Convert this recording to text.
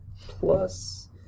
plus